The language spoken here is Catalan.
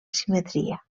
simetria